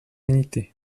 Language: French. unité